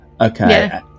Okay